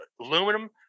aluminum